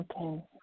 Okay